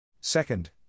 Second